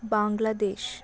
Bangladesh